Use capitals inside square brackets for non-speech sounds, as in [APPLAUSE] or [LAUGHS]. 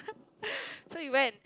[LAUGHS] so we went